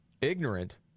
Ignorant